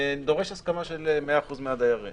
דורש הסכמה של 100% מהדיירים.